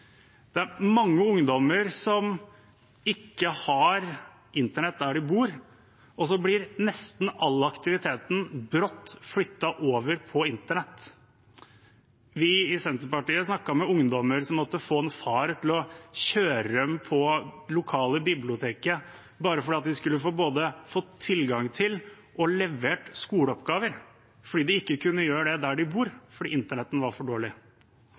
Det er mange ungdommer som ikke har internett der de bor, og så ble nesten all aktiviteten brått flyttet over på internett. Vi i Senterpartiet har snakket med ungdommer som måtte få faren sin til å kjøre dem til det lokale biblioteket, bare for at de skulle få tilgang til og få levert skoleoppgaver. De kunne ikke gjøre det der de bor fordi internettet var for dårlig.